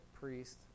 priest